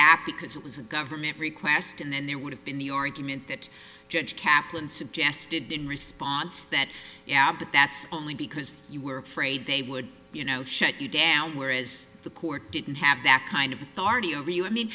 that because it was a government request and then there would have been the argument that judge kaplan suggested in response that yeah but that's only because you were afraid they would you know shut you down where is the court didn't have that kind of authority over you